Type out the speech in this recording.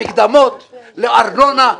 האם לשלם למקדמות, האם לשלם לארנונה.